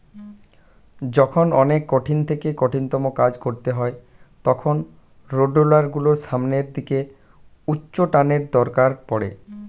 যখন অনেক কঠিন থেকে কঠিনতম কাজ করতে হয় তখন রোডরোলার গুলোর সামনের দিকে উচ্চটানের দরকার পড়ে